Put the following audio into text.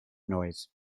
noise